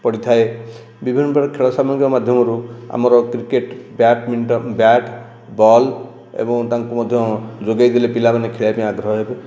ପଡ଼ିଥାଏ ବିଭିନ୍ନ ପ୍ରକାର ଖେଳ ସାମଗ୍ରୀ ମାନଙ୍କ ମାଧ୍ୟମ ରୁ ଆମର କ୍ରିକେଟ ବ୍ୟାଡ଼ମିଟନ ବ୍ୟାଟ୍ ବଲ୍ ଏବଂ ତାଙ୍କୁ ମଧ୍ୟ ଯୋଗେଇ ଦେଲେ ପିଲାମାନେ ଖେଳିବାକୁ ଆଗ୍ରହ ହେବେ